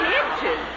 inches